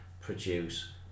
produce